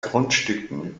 grundstücken